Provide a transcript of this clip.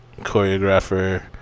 choreographer